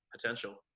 potential